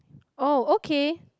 oh okay